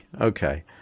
Okay